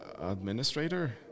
administrator